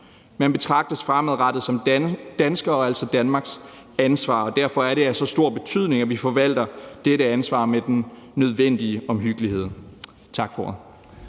Man betragtes fremadrettet som danskere og er altså Danmarks ansvar. Derfor er det af så stor betydning, at vi forvalter dette ansvar med den nødvendige omhyggelighed. Tak for ordet.